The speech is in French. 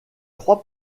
trois